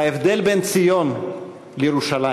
ההבדל בין ציון לירושלים